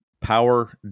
power